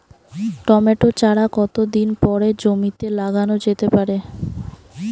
Tomato চারা কতো দিন পরে জমিতে লাগানো যেতে পারে?